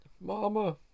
Mama